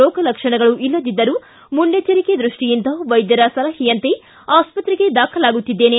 ರೋಗಲಕ್ಷಣಗಳು ಇಲ್ಲದಿದ್ದರೂ ಮುನ್ನೆಚ್ಚರಿಕೆ ದೃಷ್ಟಿಯಿಂದ ವೈದ್ಯರ ಸಲಹೆಯಂತೆ ಆಸ್ವತ್ರೆಗೆ ದಾಖಲಾಗುತ್ತಿದ್ದೇನೆ